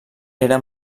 era